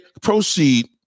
proceed